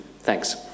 Thanks